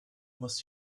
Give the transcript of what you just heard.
muss